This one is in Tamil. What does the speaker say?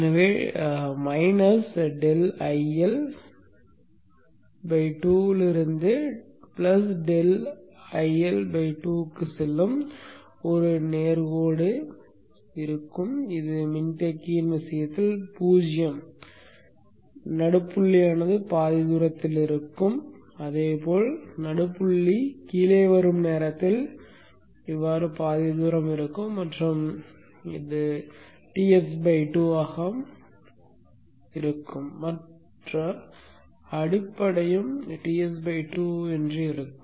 எனவே ∆IL 2 இலிருந்து ∆IL 2 க்கு செல்லும் ஒரு நேர்கோடு ஆகும் இது மின்தேக்கியின் விஷயத்தில் 0 இல் இருக்கும் நடுப்புள்ளியானது பாதி தூரத்தில் இருக்கும் அதே போல் நடுப்புள்ளி கீழே வரும் நேரத்தில் பாதி தூரம் இருக்கும் மற்றும் எனவே இது Ts2 ஆக இருக்கும் மற்ற அடிப்படையும் Ts2 ஆக இருக்கும்